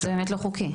זה באמת לא חוקי.